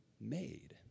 made